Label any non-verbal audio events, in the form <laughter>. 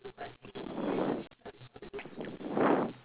<breath>